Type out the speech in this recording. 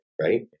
right